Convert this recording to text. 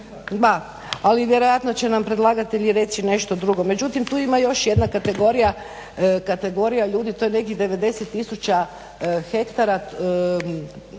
ali vjerojatno će nam predlagatelj i reći nešto drugo. Međutim tu ima još jedna kategorija, kategorija ljudi to je nekih 90 tisuća hektara,